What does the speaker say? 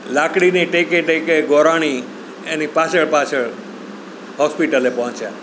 લાકડીને ટેકે ટેકે ગોરાણી એની પાછળ પાછળ હોસ્પિટલે પહોંચ્યાં